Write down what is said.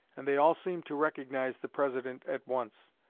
and they all seemed to recognize the president at once.